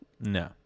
No